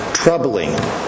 troubling